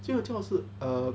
最重要是 err